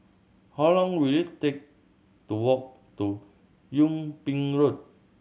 how long will it take to walk to Yung Ping Road